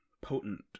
potent